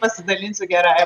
pasidalinsiu gerąja